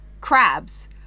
crabs